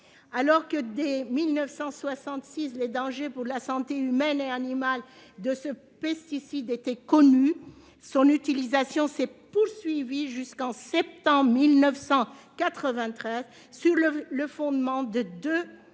Alors que, dès 1966, les dangers pour la santé humaine et animale de ce pesticide étaient connus, son utilisation s'est poursuivie jusqu'en septembre 1993, sur le fondement de deux